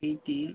eight